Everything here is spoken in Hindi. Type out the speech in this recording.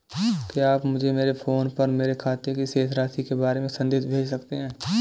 क्या आप मुझे मेरे फ़ोन पर मेरे खाते की शेष राशि के बारे में संदेश भेज सकते हैं?